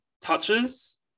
touches